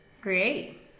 Great